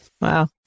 wow